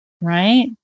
Right